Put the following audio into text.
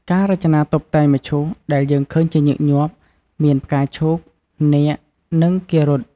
ការរចនាតុបតែងមឈូសដែលយើងឃើញជាញឹកញាប់ មាន ផ្កាឈូក នាគ និង គារុទ្ទ។